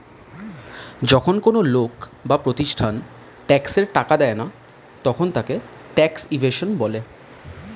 যখন কোন লোক বা প্রতিষ্ঠান ট্যাক্সের টাকা দেয় না তখন তাকে ট্যাক্স ইভেশন বলা হয়